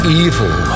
evil